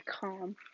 calm